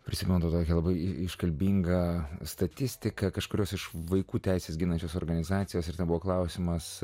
prisimenu tokią labai iškalbingą statistiką kažkurios iš vaikų teises ginančios organizacijos ir tebuvo klausimas